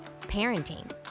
Parenting